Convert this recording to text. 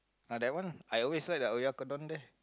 ah that one I always like the oyakodon there